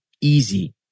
easy